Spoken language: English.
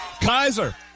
Kaiser